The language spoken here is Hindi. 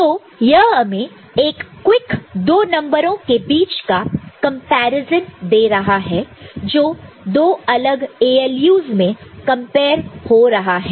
तो यह हमें एक क्विक दो नंबरों के बीच का कंपैरिजन दे रहा है जो दो अलग ALU's में कंपेयर पर हो रहा है